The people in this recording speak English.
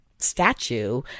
statue